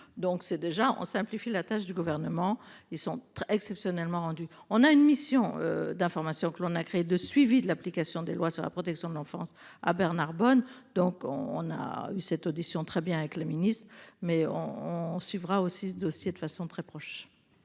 donc c'est déjà on simplifie la tâche du gouvernement. Ils sont très exceptionnellement rendu. On a une mission d'information que l'on a créé de suivi de l'application des lois sur la protection de l'enfance à Bernard Bonne donc on on a eu cette audition très bien avec le ministre mais on, on suivra aussi ce dossier de façon très proche.